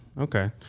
Okay